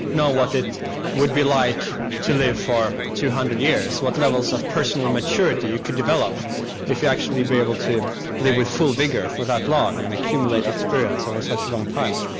know what it would be like to live for two hundred years, what levels of personal maturity you could develop if you actually were able to live with full vigour for that long and accumulate experience over such a long time.